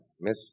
Miss